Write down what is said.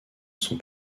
sont